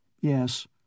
Yes